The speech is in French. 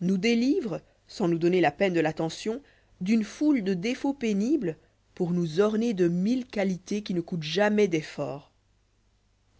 nous délivre sans nous donner la peine de l'attention d'une foule de défauts pénibles pour nous orner de mille qualités quine coûtent jamais d'efforts